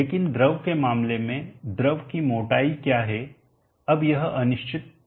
लेकिन द्रव के मामले में द्रव की मोटाई क्या है अब यह अनिश्चित मात्रा है